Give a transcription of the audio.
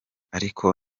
ariko